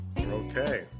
Okay